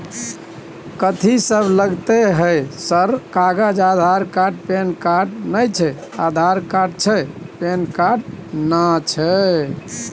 कथि सब लगतै है सर कागज आधार कार्ड पैन कार्ड नए छै आधार कार्ड छै पैन कार्ड ना छै?